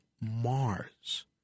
Mars